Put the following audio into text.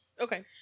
Okay